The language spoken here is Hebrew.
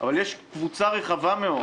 אבל מעבר לכך, יש קבוצה רחבה מאוד